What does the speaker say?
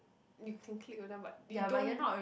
you can click with them but you don't